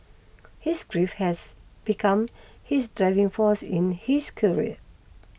his grief has become his driving force in his career